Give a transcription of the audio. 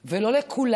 ולא לכולם